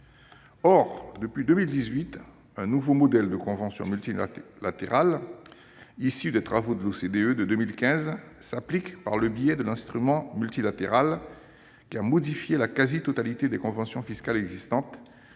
Or, depuis 2018, un nouveau modèle de convention multilatérale issu des travaux de l'OCDE de 2015 s'applique par le biais de l'instrument multilatéral qui a modifié la quasi-totalité des conventions fiscales existantes,